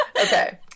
okay